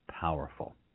powerful